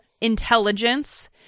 intelligence